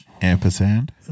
Ampersand